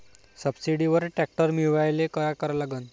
सबसिडीवर ट्रॅक्टर मिळवायले का करा लागन?